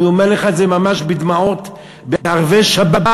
אני אומר לך את זה ממש בדמעות, בערבי שבת,